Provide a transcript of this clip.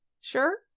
sure